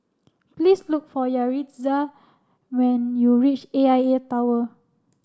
please look for Yaritza when you reach A I A Tower